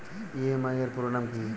EMI এর পুরোনাম কী?